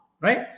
right